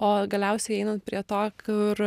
o galiausiai einant prie to kur